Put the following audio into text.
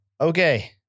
Okay